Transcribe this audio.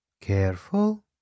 Careful